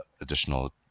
additional